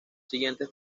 siguientes